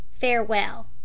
Farewell